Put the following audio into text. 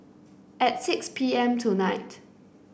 at six P M tonight